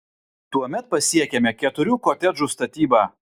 tuomet pasiekiame keturių kotedžų statybą